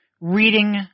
reading